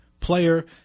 player